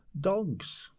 dogs